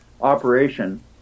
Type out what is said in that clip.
operation